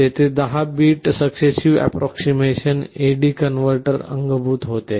तेथे 10 bit successive approximation AD converter अंगभूत होते